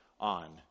on